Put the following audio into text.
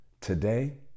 today